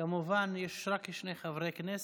כמובן שיש רק שני חברי כנסת,